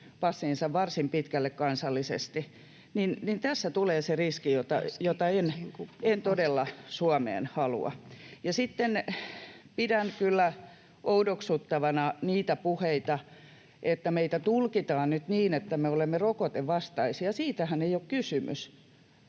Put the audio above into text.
koronapassinsa varsin pitkälle kansallisesti, niin tässä tulee se riski, jota en todella Suomeen halua. Sitten pidän kyllä oudoksuttavina niitä puheita, että meitä tulkitaan nyt niin, että me olemme rokotevastaisia. Siitähän ei ole kysymys.